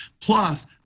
plus